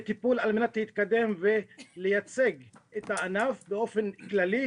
טיפול על מנת להתקדם ולייצג את הענף באופן כללי,